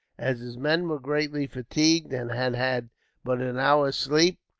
as his men were greatly fatigued, and had had but an hour's sleep,